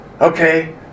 okay